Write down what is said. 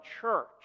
church